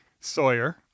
Sawyer